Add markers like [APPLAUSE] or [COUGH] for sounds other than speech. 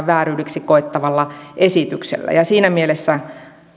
[UNINTELLIGIBLE] vääryydeksi koettavalla esityksellä ja siinä mielessä